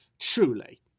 truly